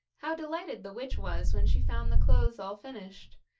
how delighted the witch was when she found the clothes all finished!